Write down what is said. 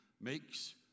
makes